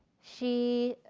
she